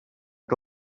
que